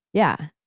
yeah.